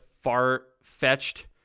far-fetched